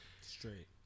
Straight